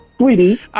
Sweetie